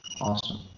Awesome